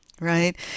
right